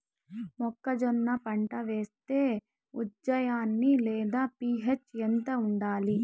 మొక్కజొన్న పంట వేస్తే ఉజ్జయని లేదా పి.హెచ్ ఎంత ఉండాలి?